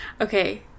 Okay